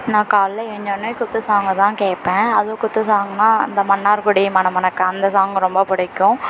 நான் காலையில் எழுஞ்ச்சோனே குத்து சாங்கை தான் கேட்பேன் அதுவும் குத்து சாங்க்னால் இந்த மன்னார் குடி மணமணக்க அந்த சாங் ரொம்ப பிடிக்கும்